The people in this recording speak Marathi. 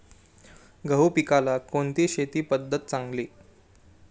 गहू पिकाला कोणती शेती पद्धत चांगली?